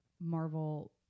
Marvel